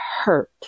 hurt